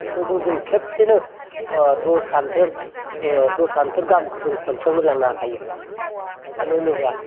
ट्रेक्टरजों जों खेबसेनो ओ दस आन्थोर गाहाम जों खनसेयावनो हायो मानोहोनोब्ला